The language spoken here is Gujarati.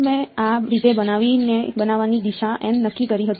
મેં આ રીતે બનવાની દિશા નક્કી કરી હતી